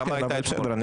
ההקמה הייתה אתמול.